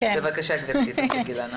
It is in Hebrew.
בבקשה, גברתי.